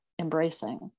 embracing